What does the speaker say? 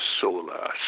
solar